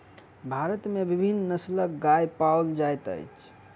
भारत में विभिन्न नस्लक गाय पाओल जाइत अछि